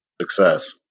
success